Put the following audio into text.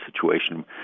situation